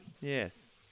Yes